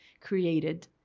created